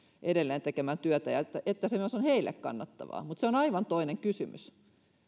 edelleen tekemään työtä ja niin että se myös heille on kannattavaa mutta se on aivan toinen kysymys